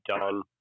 done